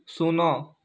ଶୂନ